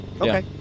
Okay